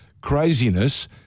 craziness